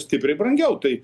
stipriai brangiau tai